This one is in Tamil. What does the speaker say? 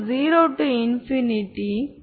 அதாவது இந்த அனுமானம் தவறு